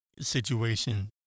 situation